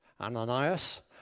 Ananias